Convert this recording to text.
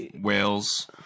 wales